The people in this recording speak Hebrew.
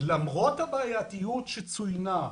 שלמרות הבעייתיות שצוינה,